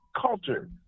culture